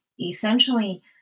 essentially